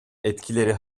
etkileri